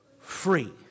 Free